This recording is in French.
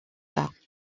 armes